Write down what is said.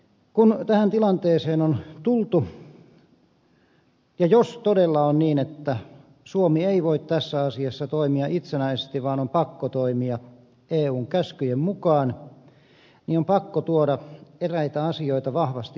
kun tähän tilanteeseen on tultu ja jos todella on niin että suomi ei voi tässä asiassa toimia itsenäisesti vaan on pakko toimia eun käskyjen mukaan niin on pakko tuoda eräitä asioita vahvasti esille